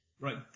Right